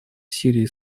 сирии